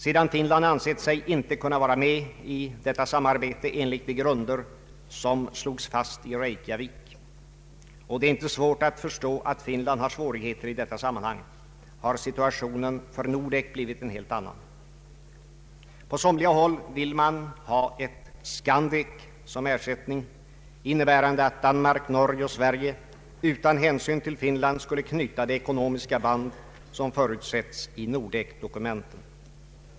Sedan Finland ansett sig inte kunna vara med i detta samarbete enligt de grunder som slagits fast i Reykjavik — och det är inte svårt att förstå att Finland har svårigheter i detta sammanhang — har situationen för Nordek blivit en helt annan. På somliga håll vill man ha ett Skandek som ersättning, innebärande att Danmark, Norge och Sverige utan hänsyn till Finland skulle knyta de ekonomiska band som förutsätts i Nordek-dokumenten.